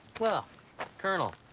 well colonel,